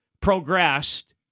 progressed